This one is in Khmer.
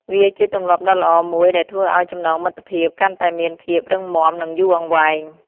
វាជាទម្លាប់ដ៏ល្អមួយដែលធ្វើឲ្យចំណងមិត្តភាពកាន់តែមានភាពរឹងមាំនិងយូរអង្វែង។